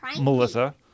Melissa